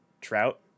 Trout